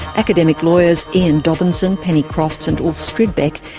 academic lawyers ian dobinson, penny crofts and stridbeck,